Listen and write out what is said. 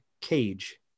cage